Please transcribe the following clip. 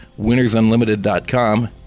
winnersunlimited.com